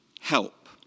Help